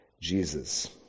Jesus